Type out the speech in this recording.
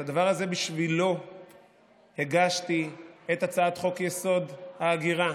הדבר הזה, בשבילו הגשתי את הצעת חוק-יסוד: ההגירה.